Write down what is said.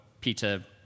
Peter